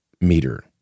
meter